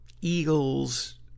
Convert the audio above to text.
eagles